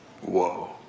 Whoa